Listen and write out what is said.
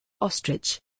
Ostrich